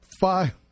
Five